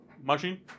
machine